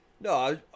No